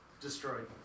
destroyed